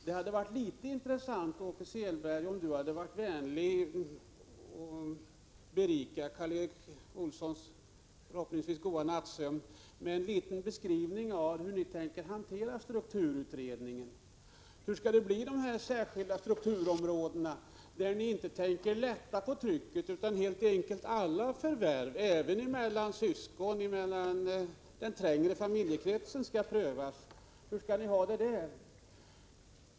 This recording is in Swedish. Det hade varit intressant om Åke Selberg varit vänlig att berika Karl Erik Olssons förhoppningsvis goda nattsömn genom en liten beskrivning av hur ni tänker hantera strukturutredningen. Hur skall det bli i de särskilda strukturområdena, där ni inte tänker lätta på trycket utan där helt enkelt alla förvärv —- även mellan syskon och i den trängre familjekretsen — skall prövas? Hur skall ni ha det där?